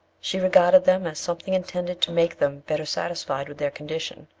she regarded them as something intended to make them better satisfied with their condition,